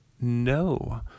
No